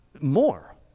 More